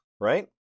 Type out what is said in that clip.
right